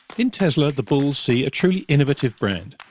in tesla, the bulls see a truly innovative brand,